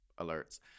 alerts